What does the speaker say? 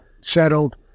settled